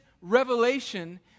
revelation